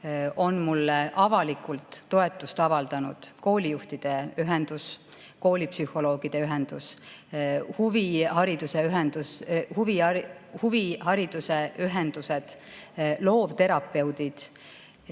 on mulle avalikult toetust avaldanud koolijuhtide ühendus, koolipsühholoogide ühendus, huvihariduse ühendused, loovterapeudid.